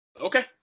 Okay